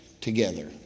together